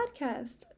Podcast